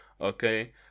okay